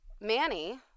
Manny